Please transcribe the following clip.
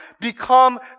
become